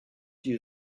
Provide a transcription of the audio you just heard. die